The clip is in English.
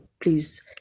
please